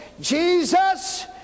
Jesus